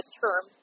term